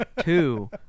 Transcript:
two